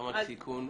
ברמת סיכון,